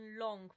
long